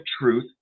truth